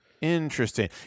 interesting